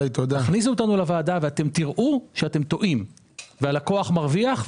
די לאפשר לכם בסוף כמחוקקים בטווח הרחוק